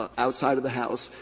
ah outside of the house.